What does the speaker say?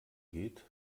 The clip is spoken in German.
geht